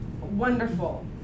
wonderful